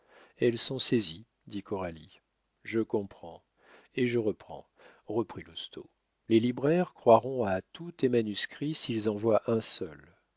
elles sont saisies dit coralie je comprends et je reprends reprit lousteau les libraires croiront à tous tes manuscrits s'ils en voient un seul